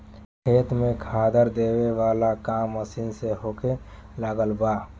खेत में खादर देबे वाला काम मशीन से होखे लागल बा